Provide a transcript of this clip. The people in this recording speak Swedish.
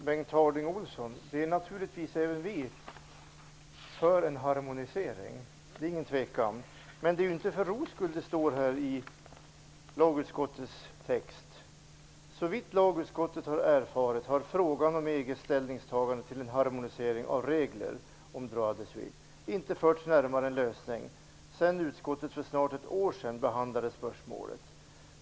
Herr talman! Naturligtvis är även vi socialdemokrater för en harmonisering, Bengt Harding Olson. Det är det ingen tvekan om. Men det är inte för ro skull det står i lagutskottets text: ''Såvitt lagutskottet har erfarit har frågan om EG:s ställningstagande till en harmonisering av regler om droit de suite inte förts närmare en lösning sedan utskottet för snart ett år sedan behandlade spörsmålet.''